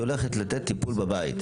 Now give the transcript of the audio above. שהולכת לתת שירות בבית.